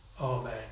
Amen